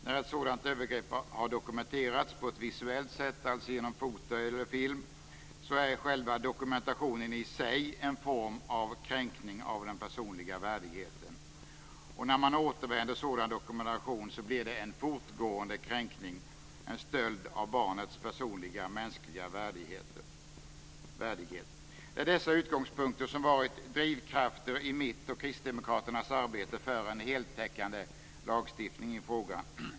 När ett sådant övergrepp har dokumenterats på ett visuellt sätt, alltså genom foto eller film, är själva dokumentationen i sig en form av kränkning av den personliga värdigheten. När man återanvänder sådan dokumentation blir det en fortgående kränkning, en stöld av barnets personliga mänskliga värdighet. Det är dessa utgångspunkter som varit drivkrafter i mitt och Kristdemokraternas arbete för en heltäckande lagstiftning i frågan.